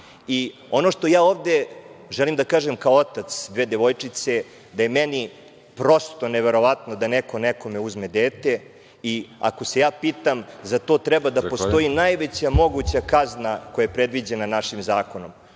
Ono što ja ovde želim da kažem kao otac dve devojčice je da je meni prosto neverovatno da neko nekome uzme dete i ako se ja pitam za to treba da postoji najveća moguća kazna koja je predviđena našim zakonom. Pitanje